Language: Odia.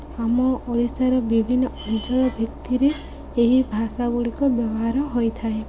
ଆମ ଓଡ଼ିଶାର ବିଭିନ୍ନ ଅଞ୍ଚଳ ଭିତିରେ ଏହି ଭାଷାଗୁଡ଼ିକ ବ୍ୟବହାର ହୋଇଥାଏ